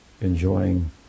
enjoying